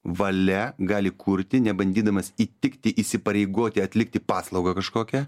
valia gali kurti nebandydamas įtikti įsipareigoti atlikti paslaugą kažkokią